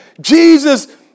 Jesus